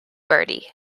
bertie